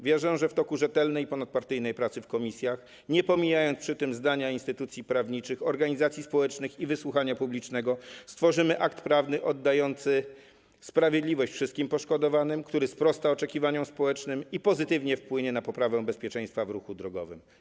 Wierzę, że w toku rzetelnej i ponadpartyjnej pracy w komisjach, nie pomijając przy tym zdania instytucji prawniczych, organizacji społecznych i wysłuchania publicznego, stworzymy akt prawny oddający sprawiedliwość wszystkim poszkodowanym, który sprosta oczekiwaniom społecznym i pozytywnie wpłynie na poprawę bezpieczeństwa w ruchu drogowym.